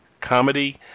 comedy